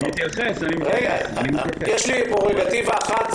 יש לי פררוגטיבה אחת,